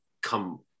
come